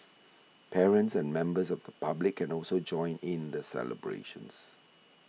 parents and members of the public can also join in the celebrations